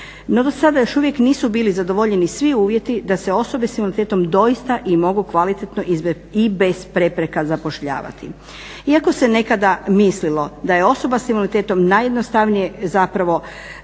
No do sada još uvijek nisu bili zadovoljeni svi uvjeti da se osobe s invaliditetom doista i mogu kvalitetno i bez prepreka zapošljavati. Iako se nekada mislilo da je osoba s invaliditetom najjednostavnije zapravo